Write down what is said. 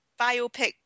biopic